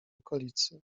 okolicy